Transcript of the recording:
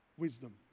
Wisdom